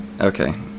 Okay